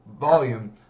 volume